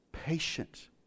patient